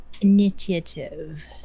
Initiative